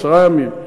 עשרה ימים,